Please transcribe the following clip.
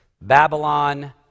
Babylon